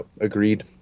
agreed